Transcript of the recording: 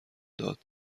داد